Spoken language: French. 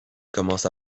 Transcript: commence